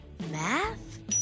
math